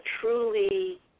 truly